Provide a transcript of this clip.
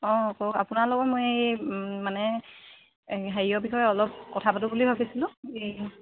অঁ কওক আপোনাৰ লগত মই এই মানে হেৰিয়ৰ বিষয়ে অলপ কথা পাতো বুলি ভাবিছিলোঁ এই